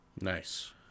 Nice